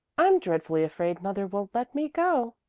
i'm dreadfully afraid mother won't let me go